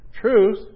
Truth